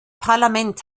parlament